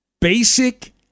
Basic